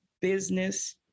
business